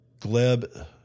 Gleb